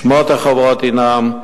שמות החוברות הם: